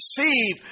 receive